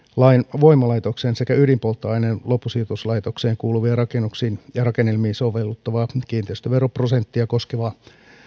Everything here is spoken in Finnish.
voimalaitokseen sekä ydinpolttoaineen loppusijoituslaitokseen kuuluviin rakennuksiin ja rakennelmiin sovellettavaa kiinteistöveroprosenttia koskevaa